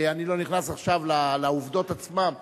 אני לא נכנס עכשיו לעובדות עצמן,